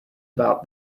about